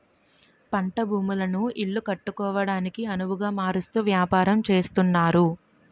పంట భూములను ఇల్లు కట్టుకోవడానికొనవుగా మారుస్తూ వ్యాపారం చేస్తున్నారు